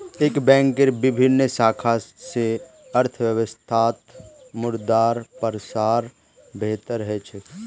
एक बैंकेर विभिन्न शाखा स अर्थव्यवस्थात मुद्रार प्रसार बेहतर ह छेक